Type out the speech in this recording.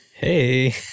Hey